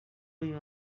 you